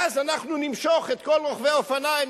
ואז אנחנו נמשוך את כל רוכבי האופניים.